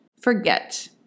forget